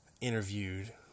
interviewed